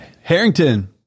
Harrington